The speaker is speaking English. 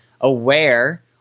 aware